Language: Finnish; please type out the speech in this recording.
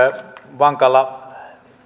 vankalla